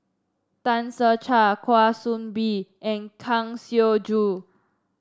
Tan Ser Cher Kwa Soon Bee and Kang Siong Joo